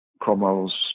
Cromwell's